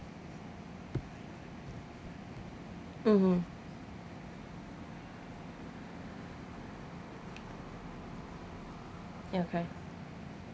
mmhmm ya okay